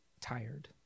tired